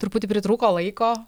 truputį pritrūko laiko